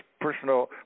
personal